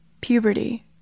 Puberty